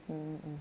mm mm